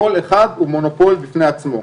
כל אחד הוא מונופול בפני עצמו.